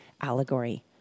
allegory